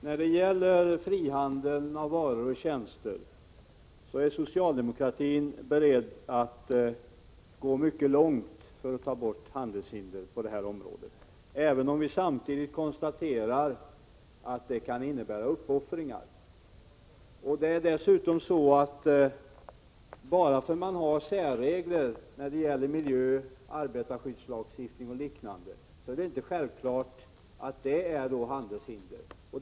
Herr talman! Socialdemokratin är beredd att gå mycket långt för att ta bort hinder för frihandeln med varor och tjänster, även om vi samtidigt konstaterar att det kan innebära uppoffringar. Bara för att man har särregler beträffande miljö, arbetarskyddslagstiftning och liknande är det inte självklart att det innebär handelshinder.